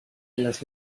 los